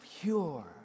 pure